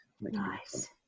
Nice